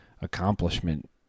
accomplishment